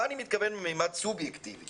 מה אני מתכוון מימד סובייקטיבי